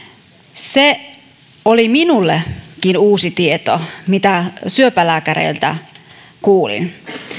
se oli minullekin uusi tieto mitä syöpälääkäreiltä kuulin